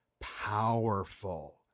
powerful